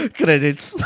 credits